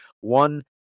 One